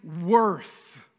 worth